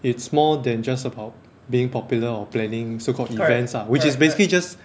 it's more than just about being popular or planning so called events lah which is basically just